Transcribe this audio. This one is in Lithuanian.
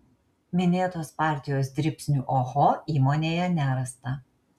minėtos partijos dribsnių oho įmonėje nerasta